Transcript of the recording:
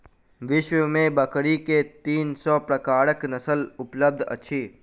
विश्व में बकरी के तीन सौ प्रकारक नस्ल उपलब्ध अछि